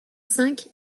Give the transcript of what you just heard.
cinq